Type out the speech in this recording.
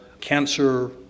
cancer